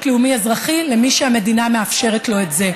לאומי-אזרחי למי שהמדינה מאפשרת לו את זה.